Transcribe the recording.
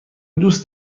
دوست